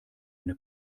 eine